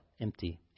empty